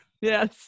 Yes